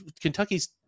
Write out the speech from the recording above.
Kentucky's